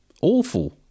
awful